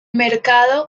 mercado